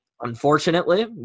Unfortunately